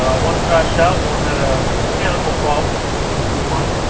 one crashed out, one had a mechanical problem in p one.